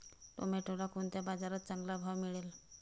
टोमॅटोला कोणत्या बाजारात चांगला भाव मिळेल?